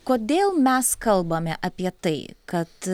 kodėl mes kalbame apie tai kad